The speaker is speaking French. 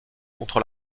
contre